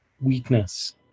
weakness